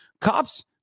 cops